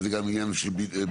וזה גם עניין של ביטחון.